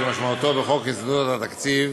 כמשמעותו בחוק יסודות התקציב,